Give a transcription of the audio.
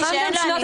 מי שאין לו,